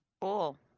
Cool